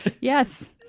Yes